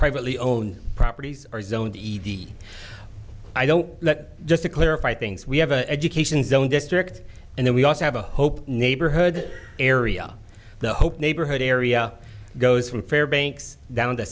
privately owned properties are zoned easy i don't let just to clarify things we have an education zone district and then we also have a hope neighborhood area the hope neighborhood area goes from fairbanks down t